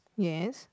yes